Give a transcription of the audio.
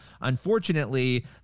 Unfortunately